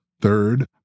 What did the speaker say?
Third